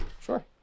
Sure